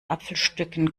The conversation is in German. apfelstücken